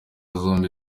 zombi